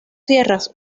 sierras